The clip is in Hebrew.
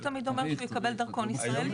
זה לא תמיד אומר שהוא יקבל דרכון ישראלי,